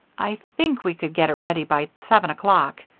i think we could get it ready by seven o'clock.